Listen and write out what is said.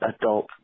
adult